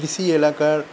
কৃষি এলাকার